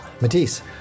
Matisse